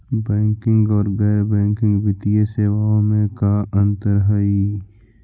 Banking और गैर banking वित्तीय सेवाओं में का अंतर हइ?